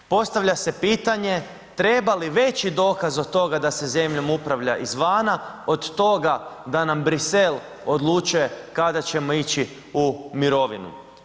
Postavlja se pitanje, treba li veći dokaz od toga da se zemljom upravlja izvana da nam Bruxelles odlučuje kada ćemo ići u mirovinu.